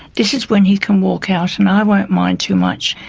this is when he can walk out and i won't mind too much,